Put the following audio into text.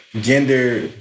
gender